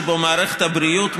שבו מערכת הבריאות,